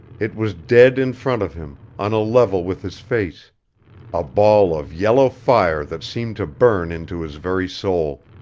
it was dead in front of him, on a level with his face a ball of yellow fire that seemed to burn into his very soul.